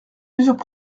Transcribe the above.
plusieurs